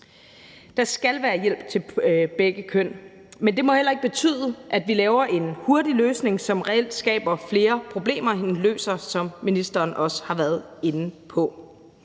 Der skal være hjælp til begge køn, men det må heller ikke betyde, at vi laver en hurtig løsning, som reelt skaber flere problemer, end den løser, som ministeren også har været inde på.